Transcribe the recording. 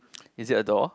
is it a door